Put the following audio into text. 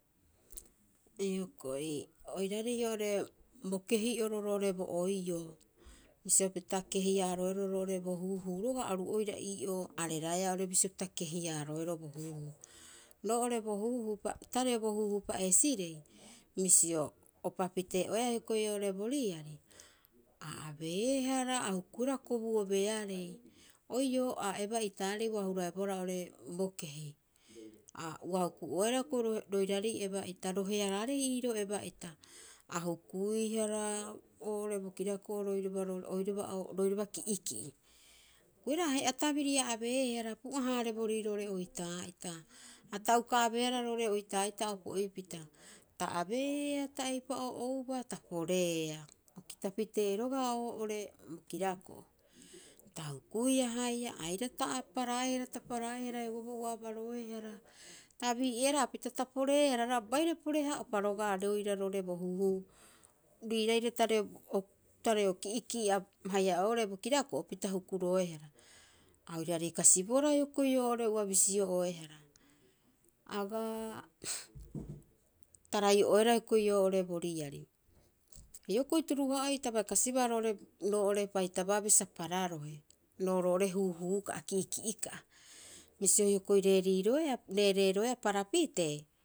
Hioko'i oiraorei o'ore bo kehi'oro roo'ore bo'oioo, bisio pita kehiaroero roo'ore bo huuhuu roga'a oru'ora i'oo areraea oo'ore bisiopita kehia roeroo bo huuhuu. Ro'ore bo huuhuu tareo huuhuu pa'eesirei bisio opapitee oea hioko'i oo'ore boriari, a'abee hara ahukuihara kobuobearei, oioo ebei'itaarei ua hurae bohara oo'ore bokehi. Ua huku'oehara roiraarei rohearaarei'roo eba'ita. Ahu kui hara oo'ore bokirako'o roiraba ro'ore oiraba o'ore, roiraba roo'ore ki'i'ki'i. Ahe'a tabiri a'beehara pu'ahaarebori roo'ore oitaa'ita. Ha ta'uka abeehara roo'ore oitaa'ita opo'ipita, ta abeea ta eip'o'oubaa ta poreea o kitapitee roga'a oo'ore bo kiraro'o. Ta hukuiahaia, airaa ta paraea taparaeahara heuabo ua abaroehara, ta bii'ehara ha pita ta poreehara rogaa baire pore- haa'opa rogaa roira roo'ore bo huuhuu, riiraire tareo tareo ki'iki'i haia oo'ore bokirako'a pita hukuroehara. A oiraarei kasibohara hiokoi oo'ore ua bisioe hara, agaa tarai'oehara hiokoi oo'ore bo riari. Hiokoi turuha'oi ta baikasibaa roo'ore roo'ore apaitabaabi pararohe, ro'roo'ore huuhuu ka'a kiikiika'a. Bisio hioko'i reriroea, rereroea parapite.